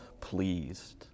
pleased